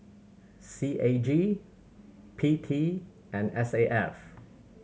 C A G P T and S A F